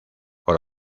por